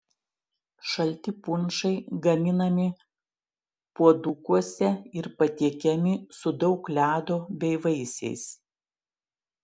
šalti punšai gaminami puodukuose ir patiekiami su daug ledo bei vaisiais